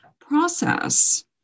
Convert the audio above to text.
process